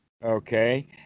Okay